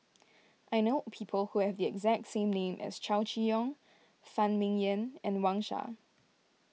I know people who have the exact same name as Chow Chee Yong Phan Ming Yen and Wang Sha